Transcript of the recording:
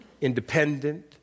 independent